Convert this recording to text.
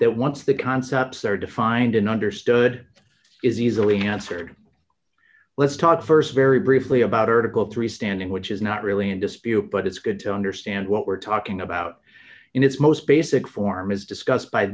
that once the concepts are defined and understood is easily answered let's talk st very briefly about article three standing which is not really in dispute but it's good to understand what we're talking about in its most basic form is discussed by